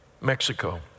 Mexico